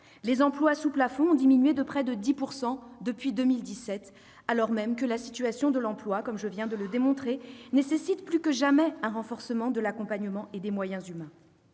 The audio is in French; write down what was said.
Les emplois sous plafond ont diminué de près de 10 % depuis 2017, alors même que la situation de l'emploi, comme je viens de le démontrer, nécessite plus que jamais un renforcement de l'accompagnement et des moyens humains.